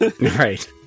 Right